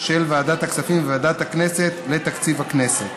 של ועדת הכספים וועדת הכנסת לתקציב הכנסת.